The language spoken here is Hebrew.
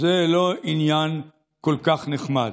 זה לא עניין כל כך נחמד.